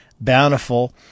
bountiful